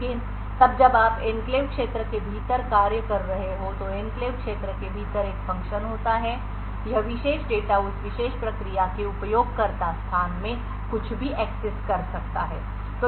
लेकिन तब जब आप एन्क्लेव क्षेत्र के भीतर कार्य कर रहे हों तो एन्क्लेव क्षेत्र के भीतर एक फ़ंक्शन होता है यह विशेष डेटा उस विशेष प्रक्रिया के उपयोगकर्ता स्थान में कुछ भी एक्सेस कर सकता है